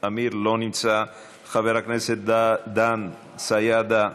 לא נמצא, חבר הכנסת דן סידה,